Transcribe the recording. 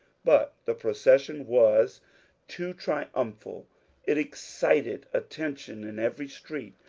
but the procession was too tri umphal it excited attention in every street,